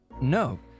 No